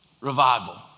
revival